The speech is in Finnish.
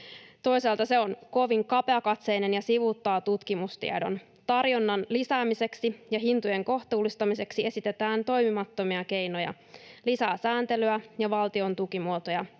Toisaalta se on kovin kapeakatseinen ja sivuuttaa tutkimustiedon. Tarjonnan lisäämiseksi ja hintojen kohtuullistamiseksi esitetään toimimattomia keinoja: lisää sääntelyä ja valtion tukimuotoja.